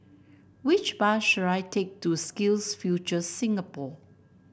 which bus should I take to SkillsFuture Singapore